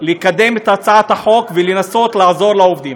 לקדם את הצעת החוק ולנסות לעזור לעובדים.